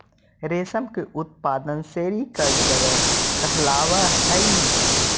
रेशम के उत्पादन सेरीकल्चर कहलावऽ हइ